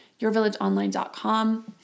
yourvillageonline.com